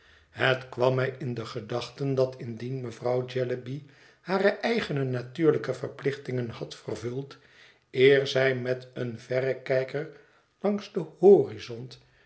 het kwam mij in de gedachten dat indien mevrouw jellyby hare eigene natuurlijke verplichtingen had vervuld eer zij met een verrekijker langs den horizont